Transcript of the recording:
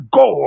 go